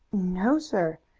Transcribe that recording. no, sir,